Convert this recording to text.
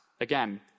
again